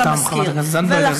הזמן תם, חברת הכנסת זנדברג.